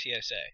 TSA